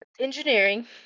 Engineering